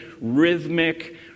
rhythmic